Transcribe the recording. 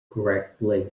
correctly